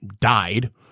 died